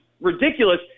ridiculous